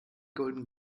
golden